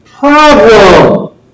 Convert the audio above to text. problem